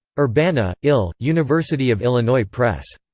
urbana, ill. university of illinois press.